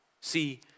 See